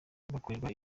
bakorerwa